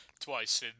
Twice